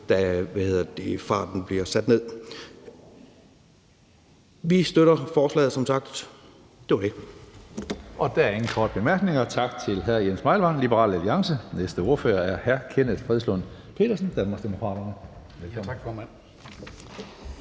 da farten bliver sat ned. Vi støtter som sagt forslaget. Det var det.